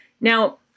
Now